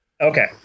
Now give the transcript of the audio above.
okay